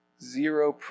zero